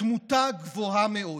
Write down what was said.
התמותה גבוהה מאוד.